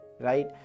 right